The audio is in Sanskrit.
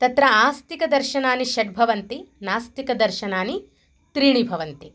तत्र आस्तिकदर्शनानि षड् भवन्ति नास्तिकदर्शनानि त्रीणि भवन्ति